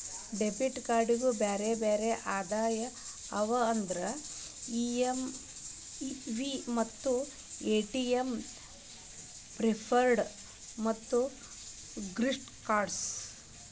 debit ಕ್ಯಾರ್ಡ್ನ್ಯಾಗು ಬ್ಯಾರೆ ಬ್ಯಾರೆ ಅದಾವ ಅವ್ಯಾವಂದ್ರ ಇ.ಎಮ್.ವಿ ಮತ್ತ ಎ.ಟಿ.ಎಂ ಪ್ರಿಪೇಯ್ಡ್ ಮತ್ತ ಗಿಫ್ಟ್ ಕಾರ್ಡ್ಸ್